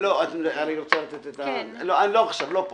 לא פה.